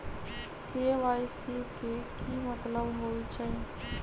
KYC के कि मतलब होइछइ?